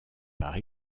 par